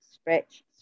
stretch